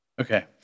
Okay